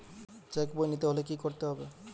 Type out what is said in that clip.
Check বই নিতে হলে কি করতে হবে?